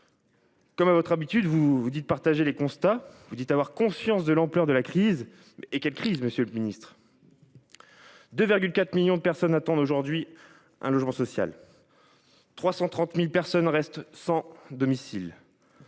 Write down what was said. Comme à votre habitude, vous prétendez partager les constats et être conscient de l'ampleur de la crise. Et quelle crise, monsieur le ministre : 2,4 millions de personnes attendent aujourd'hui un logement social et 330 000 personnes restent sans domicile.